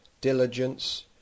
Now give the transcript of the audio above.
diligence